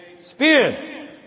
spin